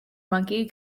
monkey